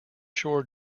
shore